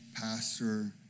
pastor